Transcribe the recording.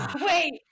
Wait